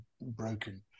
broken